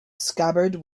scabbard